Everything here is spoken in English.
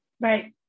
Right